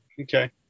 okay